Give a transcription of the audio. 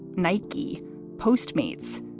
nike post mates,